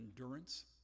endurance